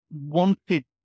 wanted